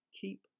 keep